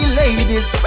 ladies